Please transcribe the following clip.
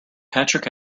patrick